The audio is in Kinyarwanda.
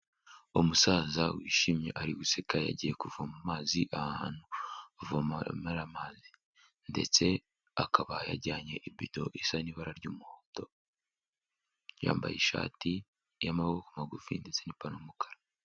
Umusaza wishimye ari guseka, yagiye kuvoma amazi ahantu bavomera amazi, ndetse akaba yajyanye ibido isa n'ibara ry'umuhondo, yambaye ishati y'amaboko magufi ndetse n'ipantaro y'umukara.